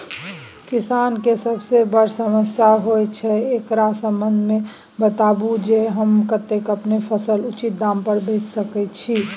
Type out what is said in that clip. किसान के सबसे बर समस्या होयत अछि, एकरा संबंध मे बताबू जे हम कत्ते अपन फसल उचित दाम पर बेच सी?